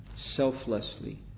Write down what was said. selflessly